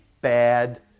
bad